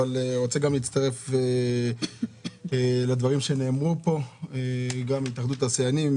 אבל אני רוצה גם להצטרף לדברים שנאמרו פה גם על ידי התאחדות התעשיינים.